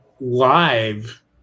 live